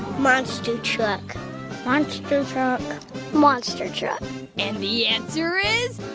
monster truck monster truck monster truck and the answer is